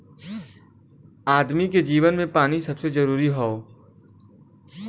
आदमी के जीवन मे पानी सबसे जरूरी हौ